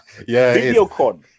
Videocon